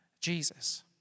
Jesus